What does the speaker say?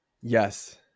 yes